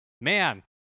Man